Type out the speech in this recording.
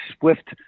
swift